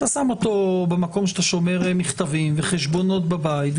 אתה שם אותו במקום שאתה שומר מכתבים וחשבונות בבית,